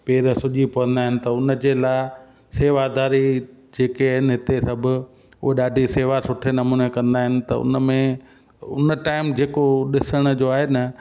पेर सुॼी पवंदा आहिनि त उन जे लाइ शेवादारी जेके आहिनि हिते सभु उहा ॾाढी शेवा सुठे नमूने कंदा आहिनि त उन में उन टाइम जेको उहो ॾिसण जो आहे न